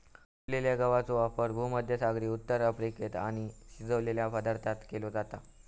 तुटलेल्या गवाचो वापर भुमध्यसागरी उत्तर अफ्रिकेत आणि शिजवलेल्या पदार्थांत केलो जाता